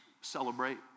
celebrate